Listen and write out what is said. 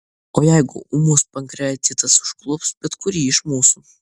o jeigu ūmus pankreatitas užklups bet kurį iš mūsų